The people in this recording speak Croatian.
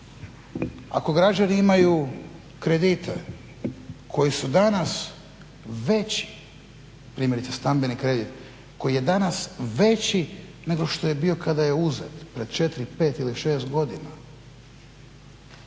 ako građani imaju kredite koji su danas veći primjerice stambeni kredit koji je danas veći nego što je bio kada je uzet pred četiri, pet ili šest godina.